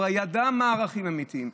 הוא ידע מה הערכים האמיתיים.